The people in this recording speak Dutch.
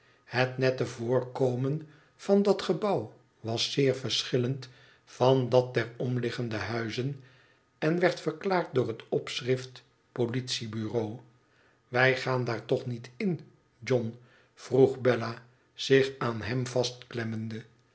het nette voorkomen van dat gebouw was zeer verschillend van dat der omliggende huizen en werd verklaard door het opschrift politiebukeau wij gaan daar toch niet in john vroeg bella zich aan hem